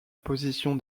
position